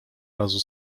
razu